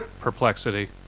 perplexity